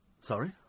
Sorry